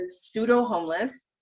pseudo-homeless